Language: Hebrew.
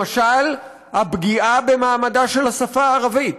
למשל, הפגיעה במעמדה של השפה הערבית,